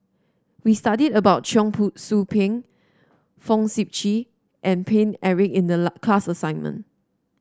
we studied about Cheong Soo Pieng Fong Sip Chee and Paine Eric in the class assignment